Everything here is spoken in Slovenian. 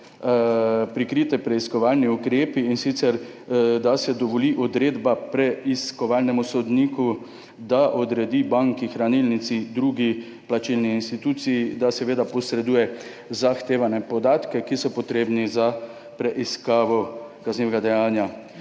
prikrite preiskovalne ukrepe, in sicer da se dovoli odredba preiskovalnemu sodniku, da odredi banki, hranilnici, drugi plačilni instituciji, da posreduje zahtevane podatke, ki so potrebni za preiskavo kaznivega dejanja.